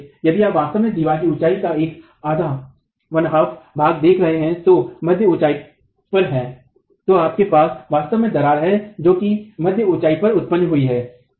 इसलिए यदि आप वास्तव में दीवार की ऊँचाई का एक आधा भाग देख रहे हैं और मध्य ऊँचाई पर हैं तो आपके पास वास्तव में दरार है जो मध्य ऊँचाई पर उत्पन्न हुई है